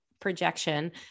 projection